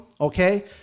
Okay